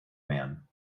man